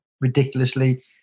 ridiculously